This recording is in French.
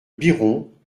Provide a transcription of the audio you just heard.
biron